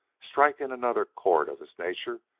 striking another chord of his nature,